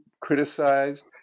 criticized